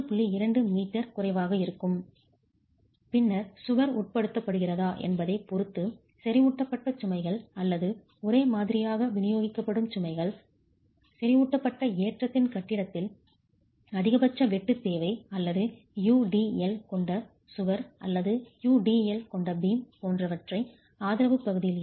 2 metre குறைவாக இருக்கும் பின்னர் சுவர் உட்படுத்தப்படுகிறதா என்பதைப் பொறுத்து செறிவூட்டப்பட்ட சுமைகள் அல்லது ஒரே மாதிரியாக விநியோகிக்கப்படும் சுமைகள் செறிவூட்டப்பட்ட ஏற்றத்தின் கட்டத்தில் அதிகபட்ச வெட்டு தேவை அல்லது UDL கொண்ட சுவர் அல்லது UDL கொண்ட பீம் போன்றவற்றில் ஆதரவு பகுதியில் இருந்து 0